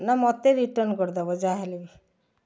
ନା ମତେ ରିଟର୍ଣ୍ଣ କରି ଦବ ଯାହା ହେଲେ ବି